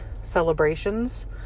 celebrations